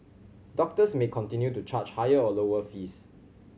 doctors may continue to charge higher or lower fees